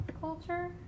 culture